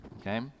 okay